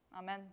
Amen